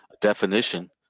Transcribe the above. definition